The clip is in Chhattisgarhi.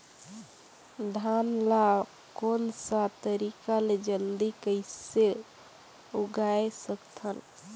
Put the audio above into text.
धान ला कोन सा तरीका ले जल्दी कइसे उगाय सकथन?